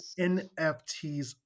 NFTs